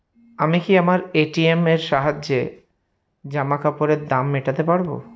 আমি কি আমার এ.টি.এম এর সাহায্যে জামাকাপরের দাম মেটাতে পারব?